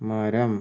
മരം